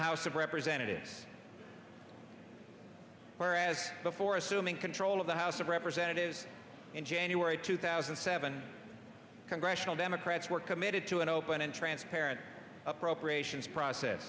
house of representatives whereas before assuming control of the house of representatives in january two thousand and seven congressional democrats were committed to an open and transparent appropriations process